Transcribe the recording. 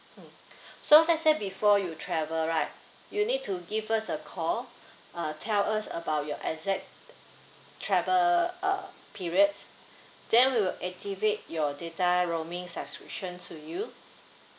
mm so let's say before you travel right you need to give us a call uh tell us about your exact travel uh period then we'll activate your data roaming subscription to you